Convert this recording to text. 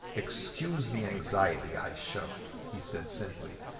excuse the anxiety i show, he said simply,